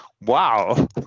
Wow